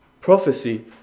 prophecy